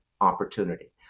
opportunity